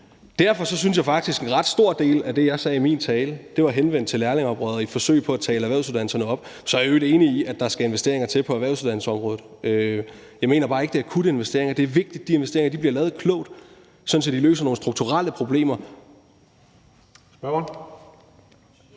Derfor synes jeg faktisk, at en ret stor del af det, jeg sagde i min tale, var henvendt til lærlingeoprøret i et forsøg på at tale erhvervsuddannelserne op. Så er jeg i øvrigt en enig i, at der skal investeringer til på erhvervsuddannelsesområdet. Jeg mener bare ikke, at der er brug for akutte investeringer. Det er vigtigt, at de investeringer bliver lavet klogt, sådan at de løser nogle strukturelle problemer.